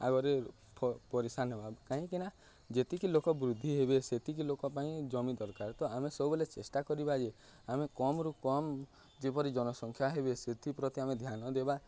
ଆଗରେ ପରିଶାନ ହେବା କାହିଁକି ନା ଯେତିକି ଲୋକ ବୃଦ୍ଧି ହେବେ ସେତିକି ଲୋକ ପାଇଁ ଜମି ଦରକାର ତ ଆମେ ସବୁବେଲେ ଚେଷ୍ଟା କରିବା ଯେ ଆମେ କମରୁ କମ ଯେପରି ଜନସଂଖ୍ୟା ହେବେ ସେଥିପ୍ରତି ଆମେ ଧ୍ୟାନ ଦେବା